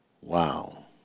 Wow